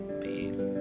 Peace